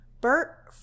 Bert